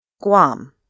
Guam